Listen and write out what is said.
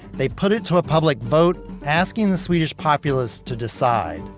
they put it to a public vote asking the swedish populace to decide.